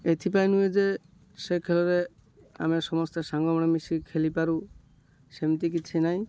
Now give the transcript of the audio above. ଏଥିପାଇଁ ନୁହେଁ ଯେ ସେ ଖେଳରେ ଆମେ ସମସ୍ତେ ସାଙ୍ଗମାନେ ମିଶିକି ଖେଲିପାରୁ ସେମିତି କିଛି ନାହିଁ